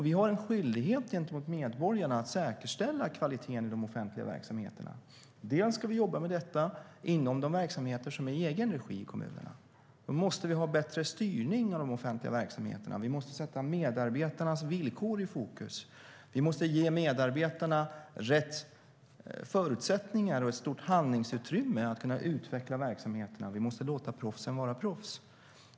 Vi har en skyldighet gentemot medborgarna att säkerställa kvaliteten i de offentliga verksamheterna. Vi ska jobba med det inom de verksamheter som är i egen regi inom kommunerna. Då måste vi ha bättre styrning av de offentliga verksamheterna. Vi måste sätta medarbetarnas villkor i fokus. Vi måste ge medarbetarna rätt förutsättningar och ett stort handlingsutrymme att kunna utveckla verksamheterna. Vi måste låta proffsen vara proffs.